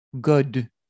good